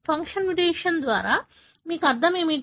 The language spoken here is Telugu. ఫంక్షన్ మ్యుటేషన్ ద్వారా మీరు అర్థం ఏమిటి